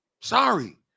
Sorry